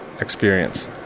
experience